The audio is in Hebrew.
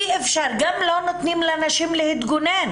אי אפשר, גם לא נותנים לנשים להתגונן.